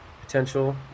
potential